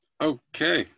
Okay